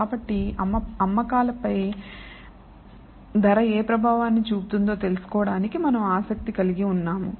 కాబట్టి అమ్మకాలపై ధర ఏ ప్రభావాన్ని చూపుతుందో తెలుసుకోవడానికి మనం ఆసక్తి కలిగి ఉన్నాము